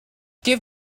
give